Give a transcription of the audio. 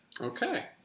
Okay